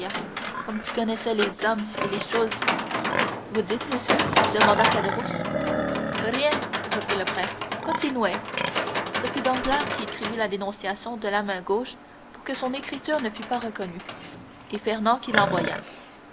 connaissais les hommes et les choses vous dites monsieur demanda caderousse rien reprit le prêtre continuez ce fut danglars qui écrivit la dénonciation de la main gauche pour que son écriture ne fût pas reconnue et fernand qui